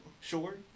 sure